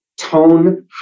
tone